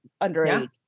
underage